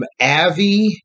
Avi